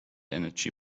energy